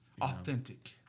Authentic